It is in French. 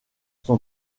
son